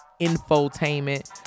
infotainment